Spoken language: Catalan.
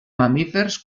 mamífers